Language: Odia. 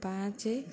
ପାଞ୍ଚ